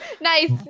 Nice